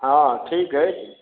हॅं ठीक अछि